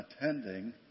attending